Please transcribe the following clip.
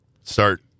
start